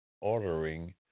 ordering